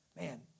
man